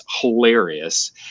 hilarious